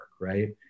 right